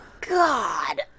God